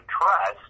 trust